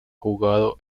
jugado